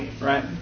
Right